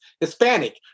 Hispanic